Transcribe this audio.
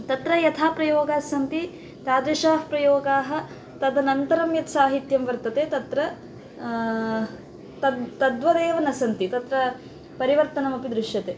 तत्र यथा प्रयोगाः सन्ति तादृशाः प्रयोगाः तदनन्तरं यत् साहित्यं वर्तते तत्र तत् तद्वदेव न सन्ति तत्र परिवर्तनमपि दृश्यते